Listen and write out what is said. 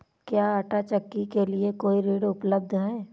क्या आंटा चक्की के लिए कोई ऋण उपलब्ध है?